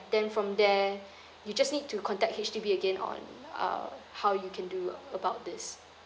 then from there you just need to contact H_D_B again on uh how you can do about this